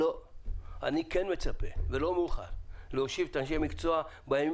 אני כן מצפה וזה לא מאוחר להושיב את אנשי המקצוע בימים